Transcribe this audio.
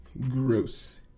Gross